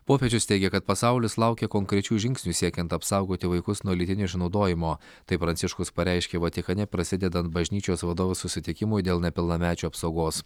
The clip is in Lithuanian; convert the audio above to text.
popiežius teigia kad pasaulis laukia konkrečių žingsnių siekiant apsaugoti vaikus nuo lytinio išnaudojimo taip pranciškus pareiškė vatikane prasidedant bažnyčios vadovų susitikimui dėl nepilnamečių apsaugos